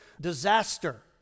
disaster